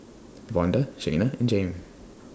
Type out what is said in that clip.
Vonda Shaina and Jayme